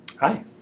Hi